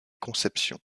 conception